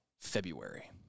February